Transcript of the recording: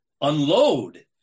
unload